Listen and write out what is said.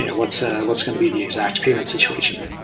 and what's ah what's going to be the exact payment situation?